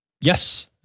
Yes